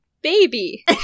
baby